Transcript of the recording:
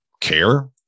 care